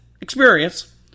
experience